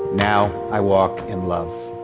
now i walk in love.